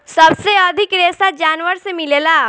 सबसे अधिक रेशा जानवर से मिलेला